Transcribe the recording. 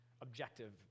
objective